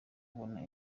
kubona